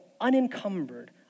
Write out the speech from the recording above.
unencumbered